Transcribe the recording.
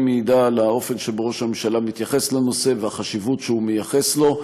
מעידות על האופן שבו ראש הממשלה מתייחס לנושא והחשיבות שהוא מייחס לו.